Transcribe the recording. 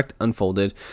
unfolded